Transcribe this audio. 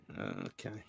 Okay